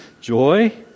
Joy